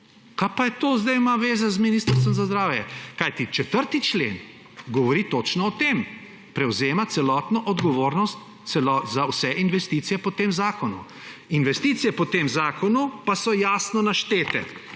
Kaj pa to zdaj ima veze z Ministrstvom za zdravje? Kajti 4. člen govori točno o tem, prevzema celotno odgovornost za vse investicije po tem zakonu. Investicije po tem zakonu pa so jasno naštete.